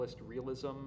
realism